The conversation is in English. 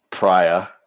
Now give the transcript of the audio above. prior